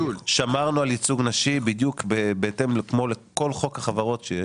שמרנו על ייצוג נשים בדיוק בהתאם לכל חוק החברות הקיים.